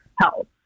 health